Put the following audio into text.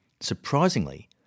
Surprisingly